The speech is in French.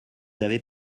avez